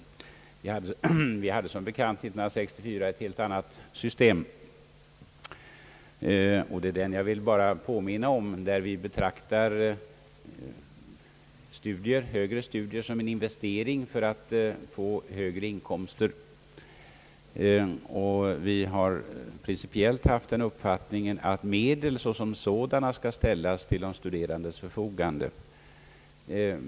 Vi hade som bekant år 1964 ett helt annat system, Jag vill påminna om detta när vi nu betraktar högre studier som en investering för att få högre inkomster. Vi har principiellt haft den uppfattningen, att medel såsom sådana skall ställas till de studerandes förfogande.